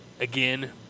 again